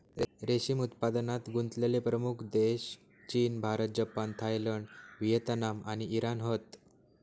रेशीम उत्पादनात गुंतलेले प्रमुख देश चीन, भारत, जपान, थायलंड, व्हिएतनाम आणि इराण हत